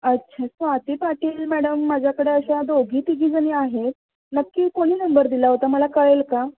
अच्छा स्वाती पाटील मॅडम माझ्याकडे अशा दोघी तिघीजणी आहेत नक्की कोणी नंबर दिला होता मला कळेल का